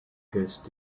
test